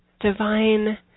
divine